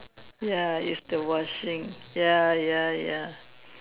ya is the washing ya ya ya